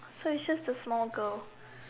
so it's just a small girl